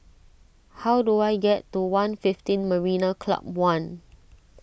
how do I get to one fifteen Marina Club one